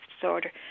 disorder